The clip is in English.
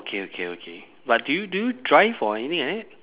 K okay okay but do you do you drive or anything like that